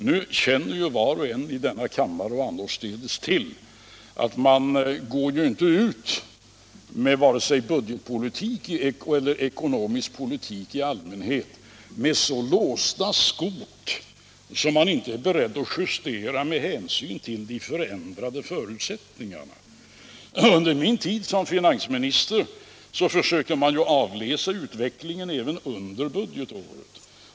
Nu känner var och en i denna kammare och annorstädes till att man går inte ut med vare sig budgetpolitik eller ekonomisk politik i allmänhet med så låsta skot att man inte är beredd att justera med hänsyn till de förändrade förutsättningarna. Under min tid som finansminister försökte man avläsa utvecklingen även under budgetåret.